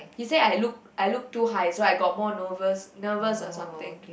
he say I look I look too high so I got more nervous nervous or something